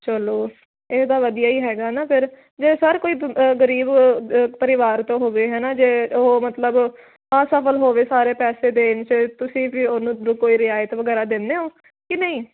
ਚਲੋ ਇਹ ਤਾਂ ਵਧੀਆ ਈ ਹੈਗਾ ਨਾ ਫਿਰ ਜੇ ਸਰ ਕੋਈ ਗਰੀਬ ਪਰਿਵਾਰ ਤੋਂ ਹੋਵੇ ਹੈਨਾ ਜੇ ਉਹ ਮਤਲਬ ਆਸਫਲ ਹੋਵੇ ਸਾਰੇ ਪੈਸੇ ਦੇਣ ਚ ਤੁਸੀਂ ਵੀ ਉਹਨੂੰ ਕੋਈ ਰਿਆਇਤ ਵਗੈਰਾ ਦਿੰਨੇ ਓ ਕੇ ਨਈਂ